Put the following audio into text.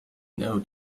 know